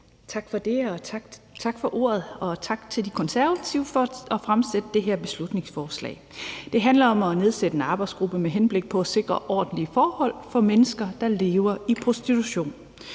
Andersen (SF): Tak for ordet. Og tak til De Konservative for at fremsætte det her beslutningsforslag. Det handler om at nedsætte en arbejdsgruppe med henblik på at sikre ordentlige forhold for mennesker, der lever i prostitution.